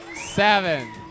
seven